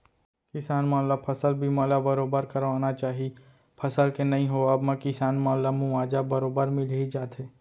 किसान मन ल फसल बीमा ल बरोबर करवाना चाही फसल के नइ होवब म किसान मन ला मुवाजा बरोबर मिल ही जाथे